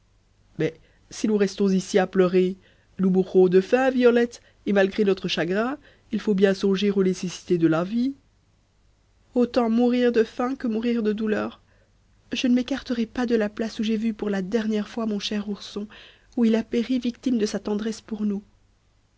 mais si nous restons ici à pleurer nous mourrons de faim violette et malgré notrp chagrin il faut bien songer aux nécessités de la vie autant mourir de faim que mourir de douleur je ne m'écarterai pas de la place où j'ai vu pour la dernière fois mon cher ourson où il a péri victime de sa tendresse pour nous